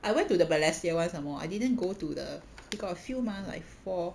I went to the balestier [one] some more I didn't go to the they got a few mah like four